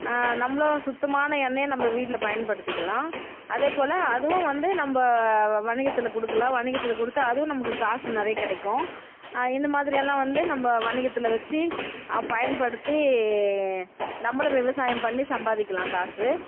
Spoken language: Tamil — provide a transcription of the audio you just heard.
நம்மளும் சுத்தமான எண்ணெயை நம்ம வீட்டில பயன்படுத்திக்கலாம் அதேபோல அதுவும் வந்து நம்ம வணிகத்தில் கொடுக்கலாம் வணிகத்தில் கொடுத்தா அதுவும் நமக்கு காசு நிறைய கிடைக்கும் இந்த மாதிரியெல்லாம் வந்து நம்ம வணிகத்தில் வச்சு பயன்படுத்தி நம்மளும் விவசாயம் பண்ணி சம்பாதிக்கலாம் காசு